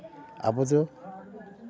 ᱟᱵᱚ ᱫᱚ